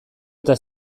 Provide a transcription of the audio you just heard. eta